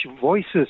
voices